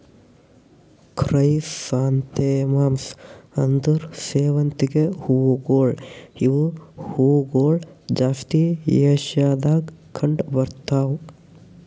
chrysanthemums ಅಂದುರ್ ಸೇವಂತಿಗೆ ಹೂವುಗೊಳ್ ಇವು ಹೂಗೊಳ್ ಜಾಸ್ತಿ ಏಷ್ಯಾದಾಗ್ ಕಂಡ್ ಬರ್ತಾವ್